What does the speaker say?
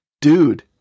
dude